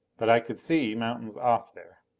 but i could see mountains off there.